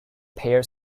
pair